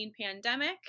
pandemic